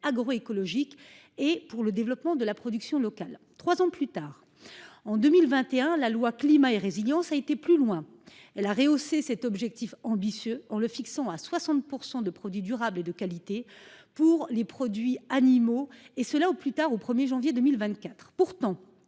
agro- écologique et pour le développement de la production locale. 3 ans plus tard en 2021, la loi climat et résilience a été plus loin, elle a rehaussé cet objectif ambitieux en le fixant à 60% de produits durables et de qualité pour les produits animaux et cela au plus tard au 1er janvier 2024. Pourtant,